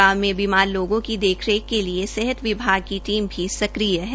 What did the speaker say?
गांव में बीमार लोगों की देखरेख के लिए सेहत विभाग की टीम भी सक्रिस है